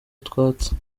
utwatsi